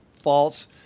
false